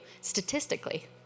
statistically